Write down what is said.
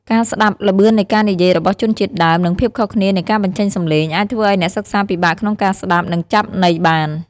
ការស្តាប់ ល្បឿននៃការនិយាយរបស់ជនជាតិដើម និងភាពខុសគ្នានៃការបញ្ចេញសំឡេង អាចធ្វើឱ្យអ្នកសិក្សាពិបាកក្នុងការស្តាប់ និងចាប់ន័យបាន។